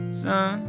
son